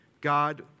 God